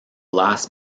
last